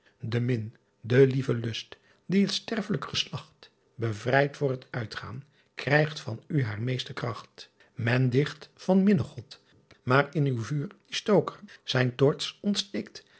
e in de lieve lust die t sterffelijk geslacht evrijt voor t uitgaan krijght van u haar meeste kracht en dicht van innegodt aar in uw vuur die stooker ijn toorts ontsteekt